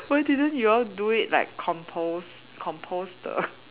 why didn't you all do it like compost compost the